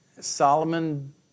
Solomon